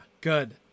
good